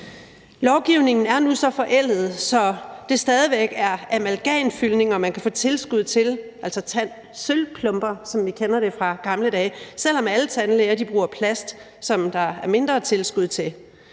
Lovgivningen er nu så forældet, at det stadig væk er amalgamfyldninger, man kan få tilskud til, altså sølvplomber, som vi kender dem fra gamle dage, selv om alle tandlæger bruger plast, som der er mindre tilskud til.